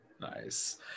nice